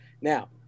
Now